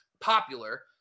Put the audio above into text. popular